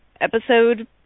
episode